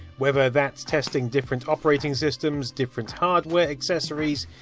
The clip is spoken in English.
whether that's testing different operating systems, different hardware accessories,